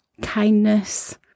kindness